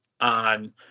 on